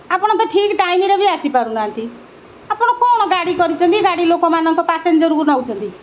ଆପଣ ତ ଠିକ୍ ଟାଇମ୍ରେ ବି ଆସିପାରୁନାହାନ୍ତି ଆପଣ କ'ଣ ଗାଡ଼ି କରିଛନ୍ତି ଗାଡ଼ି ଲୋକମାନଙ୍କ ପାସେଞ୍ଜରକୁ ନଉଛନ୍ତି